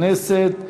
מזכירת הכנסת.